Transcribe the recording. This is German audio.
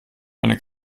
eine